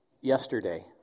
Yesterday